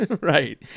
Right